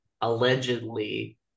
allegedly